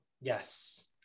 Yes